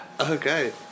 Okay